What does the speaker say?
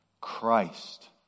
Christ